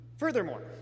Furthermore